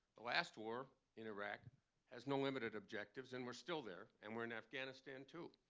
the last war in iraq has no limited objectives, and we're still there, and we're in afghanistan too.